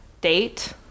date